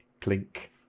Clink